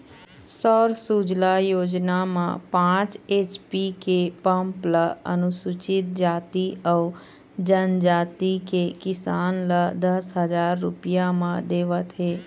सौर सूजला योजना म पाँच एच.पी के पंप ल अनुसूचित जाति अउ जनजाति के किसान ल दस हजार रूपिया म देवत हे